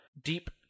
deep